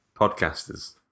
podcasters